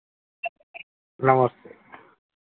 नमस्ते